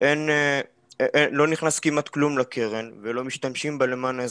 לא נכנס כמעט כלום לקרן ולא משתמשים בה למען האזרחים.